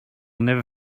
never